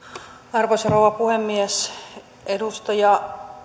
arvoisa rouva puhemies edustaja